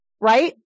right